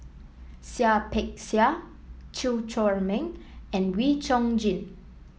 Seah Peck Seah Chew Chor Meng and Wee Chong Jin